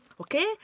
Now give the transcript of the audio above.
Okay